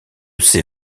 ses